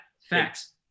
Facts